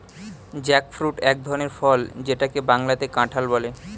jackfruit এক ধরনের ফল যেটাকে বাংলাতে কাঁঠাল বলে